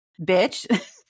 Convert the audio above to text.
bitch